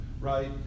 right